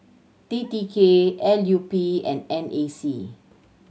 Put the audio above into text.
T T K L U P and N A C